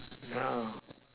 yeah